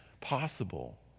possible